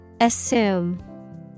Assume